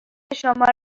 شما